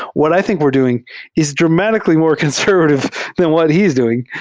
what i think we're doing is dramatically more conservative than what he is doing.